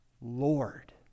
Lord